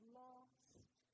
lost